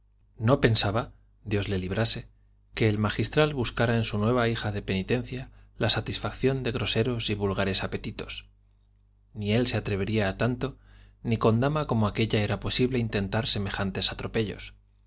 no pensaba dios le librase que el magistral buscara en su nueva hija de penitencia la satisfacción de groseros y vulgares apetitos ni él se atrevería a tanto ni con dama como aquella era posible intentar semejantes atropellos